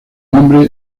nombre